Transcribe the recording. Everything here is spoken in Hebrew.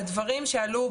הדברים שעלו,